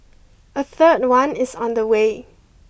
a third one is on the way